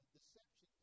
deception